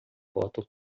foto